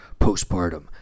postpartum